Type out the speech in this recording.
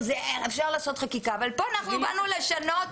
אפשר לעשות חקיקה, אבל כאן אנחנו באנו לשנות